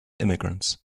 immigrants